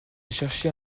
cherchait